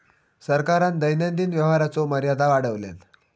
सरकारान दैनंदिन व्यवहाराचो मर्यादा वाढवल्यान